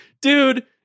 dude